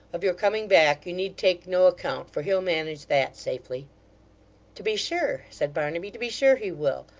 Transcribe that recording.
of your coming back you need take no account, for he'll manage that, safely to be sure said barnaby. to be sure he will!